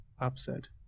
upset